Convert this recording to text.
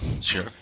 Sure